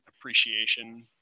appreciation